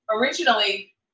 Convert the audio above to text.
originally